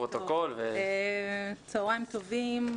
צהרים טובים.